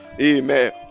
amen